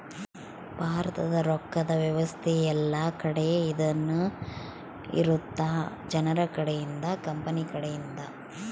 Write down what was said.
ಭಾರತದ ರೊಕ್ಕದ್ ವ್ಯವಸ್ತೆ ಯೆಲ್ಲ ಕಡೆ ಇಂದನು ಇರುತ್ತ ಜನರ ಕಡೆ ಇಂದ ಕಂಪನಿ ಕಡೆ ಇಂದ